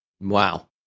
Wow